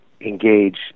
engage